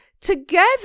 together